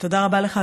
תודה רבה לך,